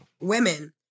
women